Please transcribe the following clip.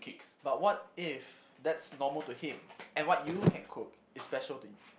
but what if that's normal to him and what you can cook is special to you